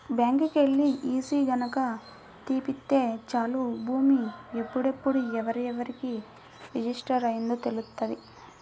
బ్యాంకుకెల్లి ఈసీ గనక తీపిత్తే చాలు భూమి ఎప్పుడెప్పుడు ఎవరెవరికి రిజిస్టర్ అయ్యిందో తెలుత్తది